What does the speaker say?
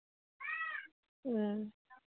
ꯎꯝ